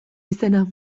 izena